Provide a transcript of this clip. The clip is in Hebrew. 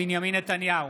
בנימין נתניהו,